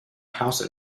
house